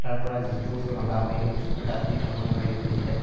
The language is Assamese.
তাৰপৰা যিটো বস্তু ৰন্ধা হয় সেই বস্তুটো তাত দি ঢাকনি মাৰি দিব দিছিলে